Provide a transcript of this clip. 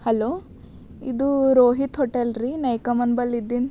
hello ಇದು Rohit hotel ರಿ ನಯಿ ಕಮಾನ್ಬಲ್ಲಿದ್ದಿನ